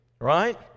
Right